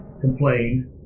complained